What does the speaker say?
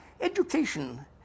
Education